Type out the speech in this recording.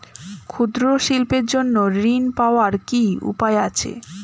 ক্ষুদ্র শিল্পের জন্য ঋণ পাওয়ার কি উপায় আছে?